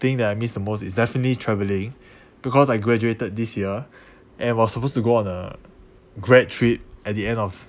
thing that I miss the most is definitely travelling because I graduated this year and was suppose to go on a grad trip at the end of